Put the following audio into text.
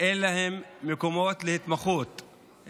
אין להם מקומות להתמחות,